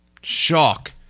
shock